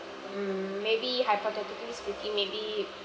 mm maybe hypothetically speaking maybe